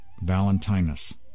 Valentinus